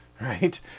right